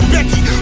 Becky